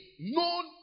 known